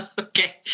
Okay